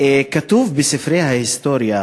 כתוב בספרי ההיסטוריה